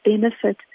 benefit